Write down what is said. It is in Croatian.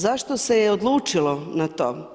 Zašto se je odlučilo na to?